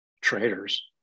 traders